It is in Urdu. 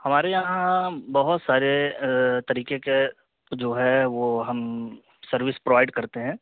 ہمارے یہاں بہت سارے طریقے کے جو ہے وہ ہم سروس پرووائڈ کرتے ہیں